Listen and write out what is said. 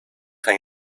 gaan